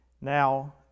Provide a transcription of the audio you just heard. Now